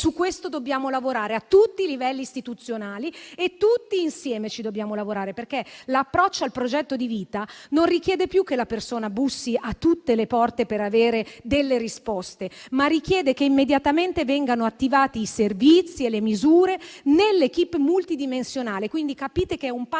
su questo dobbiamo lavorare, a tutti i livelli istituzionali e tutti insieme. L'approccio al progetto di vita non richiede più che la persona bussi a tutte le porte per avere delle risposte, ma richiede che immediatamente vengano attivati i servizi e le misure dell*'équipe* multidimensionale. Quindi, capite che è un cambio